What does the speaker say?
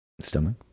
stomach